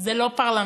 זה לא פרלמנטרי.